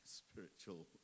spiritual